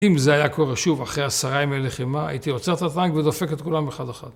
אם זה היה קורה שוב אחרי עשרה ימי לחימה, הייתי עוצר את הטנק ודופק את כולם אחד אחד.